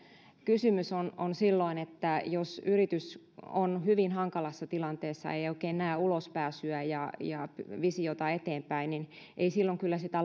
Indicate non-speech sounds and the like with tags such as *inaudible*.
kysymys on on silloin siitä että jos yritys on hyvin hankalassa tilanteessa ei ei oikein näe ulospääsyä ja ja visiota eteenpäin niin ei silloin kyllä sitä *unintelligible*